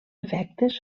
efectes